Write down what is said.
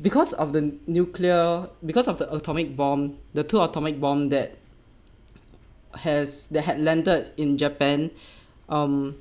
because of the nuclear because of the atomic bomb the two atomic bomb that has that had landed in japan um